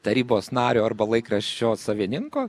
tarybos nario arba laikraščio savininko